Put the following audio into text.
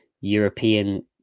European